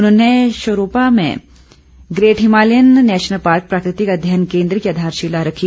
उन्होंने शेरोपा में Great Himalayan National Park प्राकृतिक अध्ययन केन्द्र की आधारशिला रखी